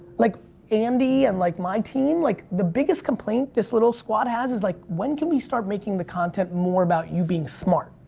like andy and like my team, like, the biggest complaint this little squad has is like when can we start making the content more about you being smart?